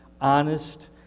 honest